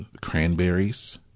Cranberries